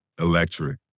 Electric